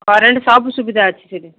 current ସବୁ ସୁବିଧା ଅଛି ସେଇଠି